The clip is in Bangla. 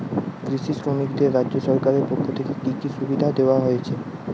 কৃষি শ্রমিকদের রাজ্য সরকারের পক্ষ থেকে কি কি সুবিধা দেওয়া হয়েছে?